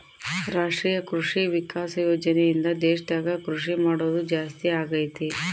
ರಾಷ್ಟ್ರೀಯ ಕೃಷಿ ವಿಕಾಸ ಯೋಜನೆ ಇಂದ ದೇಶದಾಗ ಕೃಷಿ ಮಾಡೋದು ಜಾಸ್ತಿ ಅಗೈತಿ